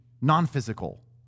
non-physical